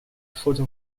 photo